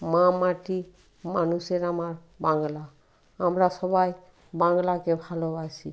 মা মাটি মানুষের আমার বাংলা আমরা সবাই বাংলাকে ভালোবাসি